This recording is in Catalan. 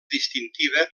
distintiva